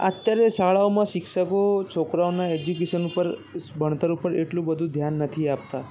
અત્યારે શાળામાં શિક્ષકો છોકરાઓના એજ્યુકેશન પર ભણતર પર એટલું બધું ધ્યાન નથી આપતા